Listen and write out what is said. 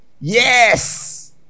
Yes